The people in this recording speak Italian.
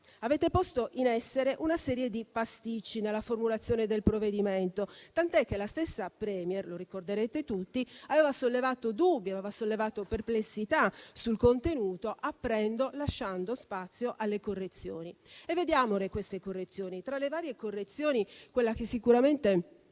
avete posto in essere una serie di pasticci nella formulazione del provvedimento, tant'è che la stessa *Premier* - lo ricorderete tutti - aveva sollevato dubbi e perplessità sul contenuto, lasciando spazio alle correzioni. E vediamo queste correzioni: tra le varie, quella che sicuramente